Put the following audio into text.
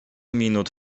minut